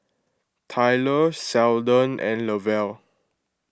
Tylor Seldon and Lavelle